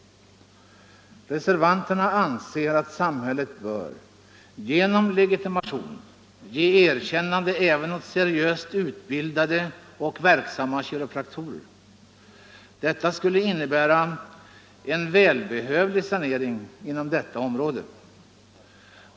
Reservanterna anser att samhället bör genom legitimation ge erkännande även åt seriöst utbildade och verksamma kiropraktorer. Detta skulle innebära en välbehövlig sanering inom detta område.